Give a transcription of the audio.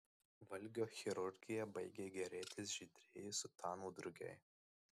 valgio chirurgija baigė gėrėtis žydrieji sutanų drugiai